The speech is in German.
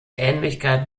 ähnlichkeit